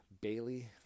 Bailey